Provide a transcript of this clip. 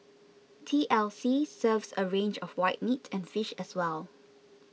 T L C serves a range of white meat and fish as well